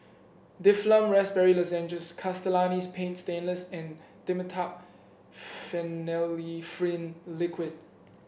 Difflam Raspberry Lozenges Castellani's Paint Stainless and Dimetapp Phenylephrine Liquid